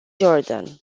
jordan